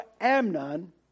Amnon